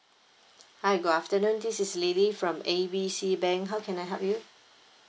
hi good afternoon this is lily from A B C bank how can I help you